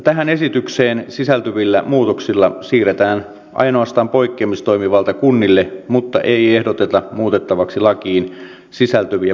tähän esitykseen sisältyvillä muutoksilla siirretään ainoastaan poikkeamistoimivalta kunnille mutta ei ehdoteta muutettavaksi lakiin sisältyviä poikkeamisperusteita